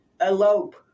Elope